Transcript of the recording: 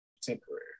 temporary